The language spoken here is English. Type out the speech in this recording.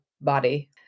body